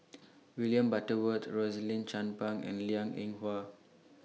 William Butterworth Rosaline Chan Pang and Liang Eng Hwa